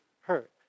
hurt